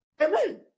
Amen